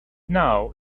now